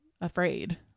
afraid